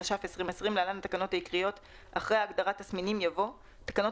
התש"ף-2020 (להלן- התקנות העיקריות) אחרי ההגדרה "תסמינים" יבוא: "תקנות